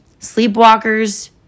Sleepwalkers